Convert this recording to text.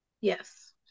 yes